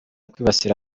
kwibasira